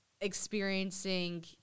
experiencing